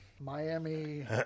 Miami